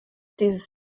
dieses